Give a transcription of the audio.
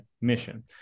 mission